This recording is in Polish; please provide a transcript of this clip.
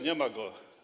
Nie ma go.